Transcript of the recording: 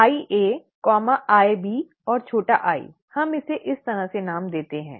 IA IB और छोटा i हम इसे इस तरह से नाम देते हैं